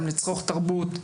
ולצרוך תרבות.